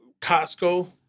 Costco